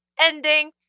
ending